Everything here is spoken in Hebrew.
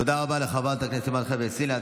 תודה רבה לחברת הכנסת אימאן ח'טיב יאסין.